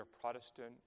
Protestant